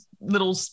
little